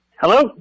hello